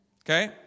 Okay